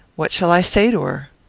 what shall i say to her?